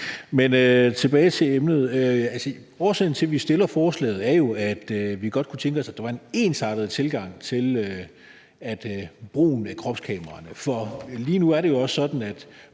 Men tilbage til emnet. Årsagen til, at vi har fremsat forslaget, er jo, at vi godt kunne tænke os, at der var en ensartet tilgang til brugen af kropskameraerne. For lige nu er det jo sådan, at